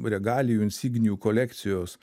regalijų insignijų kolekcijos